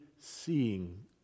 seeing